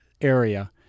area